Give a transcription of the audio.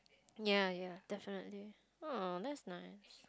ya ya definitely oh that's nice actually